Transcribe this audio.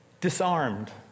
disarmed